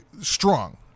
strong